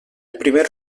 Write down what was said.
primer